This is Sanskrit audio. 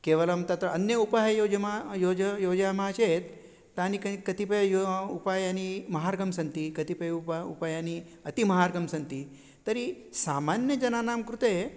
केवलं तत्र अन्य उपायं योजमा योज योजयामः चेत् तानि कानि कतिपय उपायानि महार्घं सन्ति कतिपय उप उपायानि अति महार्घं सन्ति तर्हि सामान्यजनानां कृते